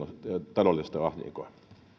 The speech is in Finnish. taloudellista ahdinkoa